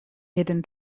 hidden